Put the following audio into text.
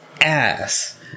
ass